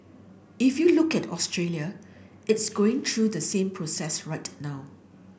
if you look at Australia it's going to the same process right now